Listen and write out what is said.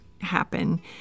happen